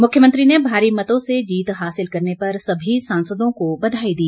मुख्यमंत्री ने भारी मतों से जीत हासिल करने पर सभी सांसदों को बधाई दी